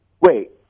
Wait